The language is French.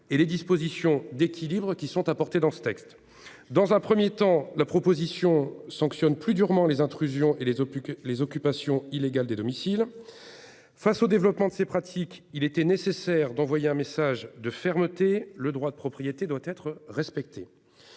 et les dispositions d'équilibres qui sont apportées dans ce texte dans un 1er temps, la proposition sanctionne plus durement les intrusions et les plus que les occupations illégales des domicile. Face au développement de ces pratiques, il était nécessaire d'envoyer un message de fermeté. Le droit de propriété doit être respectée.